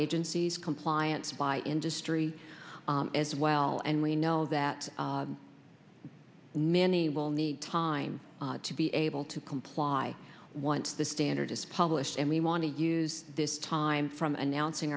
agencies compliance by industry as well and we know that many will need time to be able to comply once the standard is published and we want to use this time from announcing